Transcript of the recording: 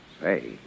Say